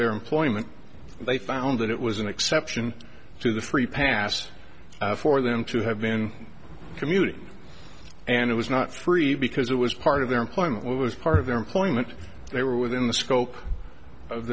their employment they found that it was an exception to the free pass for them to have been commuting and it was not free because it was part of their employment was part of employment they were within the scope of